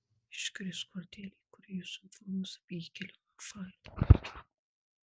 iškris kortelė kuri jus informuos apie įkeliamą failą